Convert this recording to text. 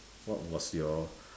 what was your